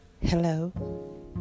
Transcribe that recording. hello